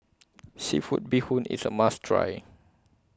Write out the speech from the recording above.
Seafood Bee Hoon IS A must Try